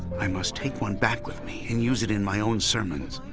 i must take one back with me and use it in my own sermons.